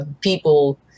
people